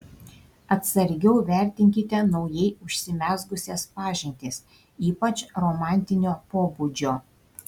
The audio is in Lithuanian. atsargiau vertinkite naujai užsimezgusias pažintis ypač romantinio pobūdžio